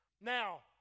Now